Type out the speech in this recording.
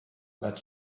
but